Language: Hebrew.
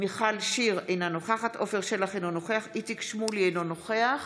יובל שטייניץ, אינו נוכח